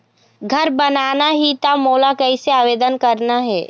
घर बनाना ही त मोला कैसे आवेदन करना हे?